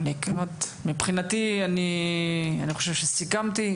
מבחינתי אני חושב שסיכמתי.